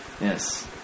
Yes